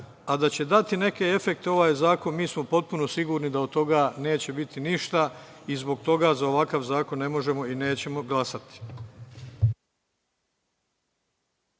a da će dati neke efekte ovaj zakon, mi smo potpuno sigurni da od toga neće biti ništa. Zbog toga za ovakav zakon ne možemo i nećemo glasati.